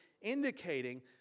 indicating